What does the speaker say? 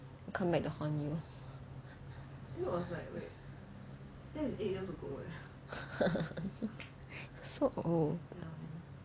comeback to huant you you are so old